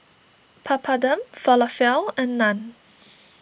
Papadum Falafel and Naan